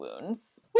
wounds